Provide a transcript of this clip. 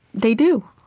they do.